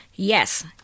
Yes